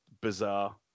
bizarre